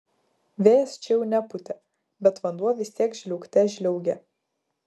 vėjas čia jau nepūtė bet vanduo vis tiek žliaugte žliaugė